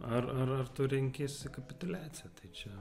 ar ar ar tu renkiesi kapituliaciją tai čia